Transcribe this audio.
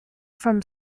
from